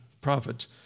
prophet